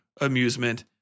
amusement